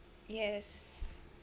yes